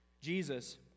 Jesus